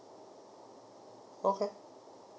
okay